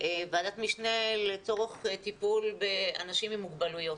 ועדת משנה לצורך טיפול באנשים עם מוגבלויות.